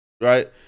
Right